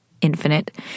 infinite